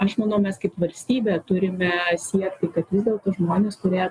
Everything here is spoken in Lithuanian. aš manau mes kaip valstybė turime siekti kad vis dėlto žmonės kurie